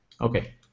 okay